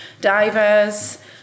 divers